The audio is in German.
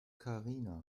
karina